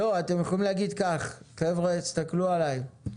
חברים, אתם יכולים להגיד כך, חבר'ה, תסתכלו עליי,